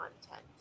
content